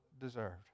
deserved